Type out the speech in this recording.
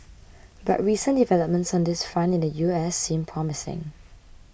but recent developments on this front in the U S seem promising